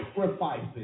sacrifices